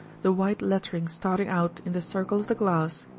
the white lettering starting out in the circle of the glass,